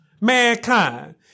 mankind